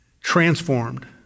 transformed